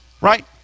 Right